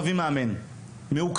מביא מאמן מאוקראינה,